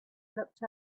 looked